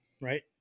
right